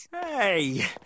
Hey